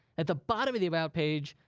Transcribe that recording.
at the bottom of the about page,